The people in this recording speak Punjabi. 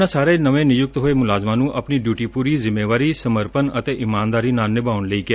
ਉਨ੍ਹਾਂ ਸਾਰੇ ਨਵੇਂ ਨਿਯੁਕਤ ਹੋਏ ਮੁਲਾਜ਼ਮਾਂ ਨੂੰ ਆਪਣੀ ਡਿਊਟੀ ਪੂਰੀ ਜਿੰਮੇਵਾਰੀ ਸਰਮਪਣ ਅਤੇ ਇਮਾਨਦਾਰੀ ਨਾਲ ਨਿਭਾਉਣ ਲਈ ਕਿਹਾ